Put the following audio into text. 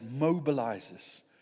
mobilizes